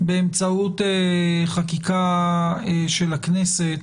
באמצעות חקיקה של הכנסת